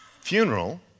funeral